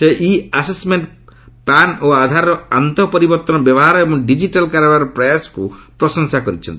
ସେ e assessment PAN ଓ ଆଧାରର ଆନ୍ତଃ ପରିବର୍ଭନ ବ୍ୟବହାର ଏବଂ ଡିଜିଟାଲ୍ କାରବାର ପ୍ରୟାସକୁ ପ୍ରଶଂସା କରିଛନ୍ତି